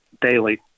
daily